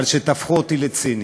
שתהפכו אותי לציני.